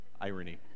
Irony